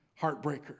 heartbreaker